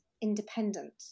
independent